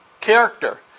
character